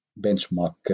benchmark